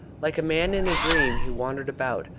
like a man in a dream he wandered about,